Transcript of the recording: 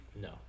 No